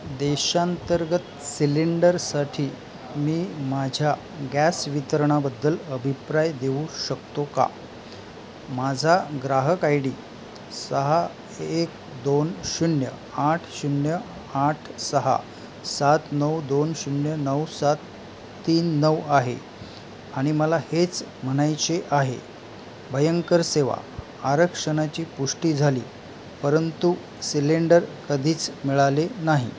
देशांतर्गत सिलेंडरसाठी मी माझ्या गॅस वितरणाबद्दल अभिप्राय देऊ शकतो का माझा ग्राहक आय डी सहा एक दोन शून्य आठ शून्य आठ सहा सात नऊ दोन शून्य नऊ सात तीन नऊ आहे आणि मला हेच म्हणायचे आहे भयंकर सेवा आरक्षणाची पुष्टी झाली परंतु सिलेंडर कधीच मिळाले नाही